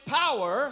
power